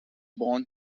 born